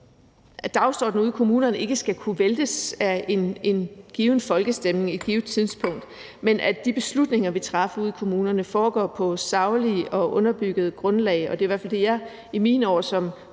at dagsordenen ude i kommunerne ikke skal kunne væltes af en given folkestemning på et givet tidspunkt, men at de beslutninger, vi træffer ude i kommunerne, foregår på saglige og underbyggede grundlag. Det er i hvert fald det, jeg i mine år som